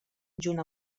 junt